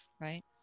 right